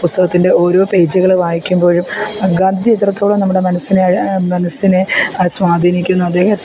പുസ്തകത്തിൻ്റെ ഓരോ പേജുകൾ വായിക്കുമ്പോഴും ഗാന്ധിജി എത്രത്തോളം നമ്മുടെ മനസ്സിനെ മനസ്സിനെ സ്വാധീനിക്കുന്നു അദ്ദേഹത്തിൻ്റെ